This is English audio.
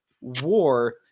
war